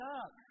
up